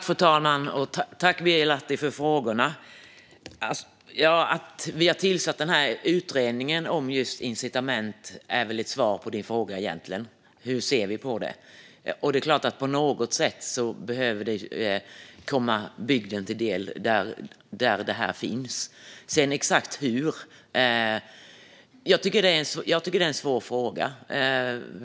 Fru talman! Tack, Birger Lahti, för frågorna! Att vi har tillsatt den här utredningen om just incitament är väl egentligen ett svar på frågan om hur vi ser på det. Det är klart att på något sätt behöver det komma bygden till del. Exakt hur tycker jag är en svår fråga.